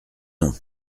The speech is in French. nom